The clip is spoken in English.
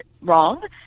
wrong